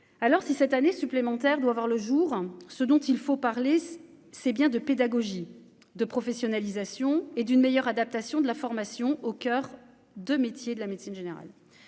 alors si cette année supplémentaire doit voir le jour, ce dont il faut parler, c'est bien de pédagogie de professionnalisation et d'une meilleure adaptation de la formation au coeur de métier de la médecine générale,